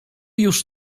już